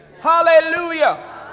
hallelujah